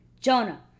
Jonah